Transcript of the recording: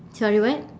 sorry what